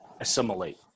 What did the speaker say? assimilate